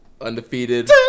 Undefeated